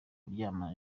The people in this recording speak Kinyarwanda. kuryamana